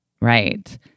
Right